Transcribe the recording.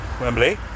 Wembley